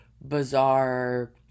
bizarre